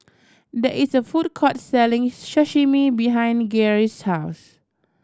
there is a food court selling Sashimi behind Garey's house